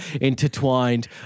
intertwined